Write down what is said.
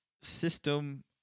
system